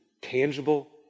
tangible